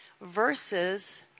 versus